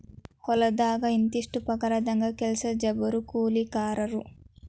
ಹೊಲದಾಗ ಇಂತಿಷ್ಟ ಪಗಾರದಂಗ ಕೆಲಸಕ್ಜ ಬರು ಕೂಲಿಕಾರರು